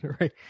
right